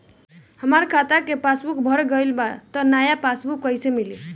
हमार खाता के पासबूक भर गएल बा त नया पासबूक कइसे मिली?